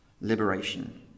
liberation